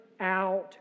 out